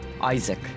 Isaac